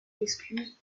excuses